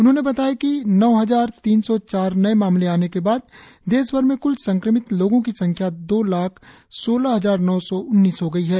उन्होंने बताया कि नौ हजार तीन सौ चार नये मामले आने के बाद देशभर में क्ल संक्रमित लोगों की संख्या दो लाख सोलह हजार नौ सौ उन्नीस हो गई है